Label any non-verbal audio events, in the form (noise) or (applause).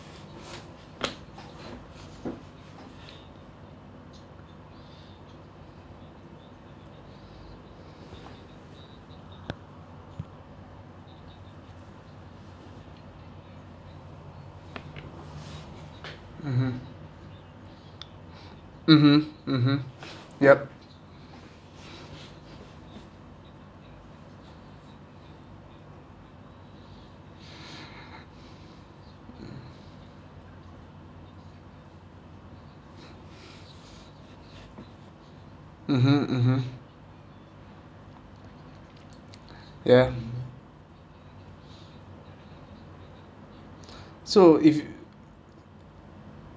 mmhmm mmhmm mmhmm yup (noise) mmhmm mmhmm ya so if